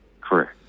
Correct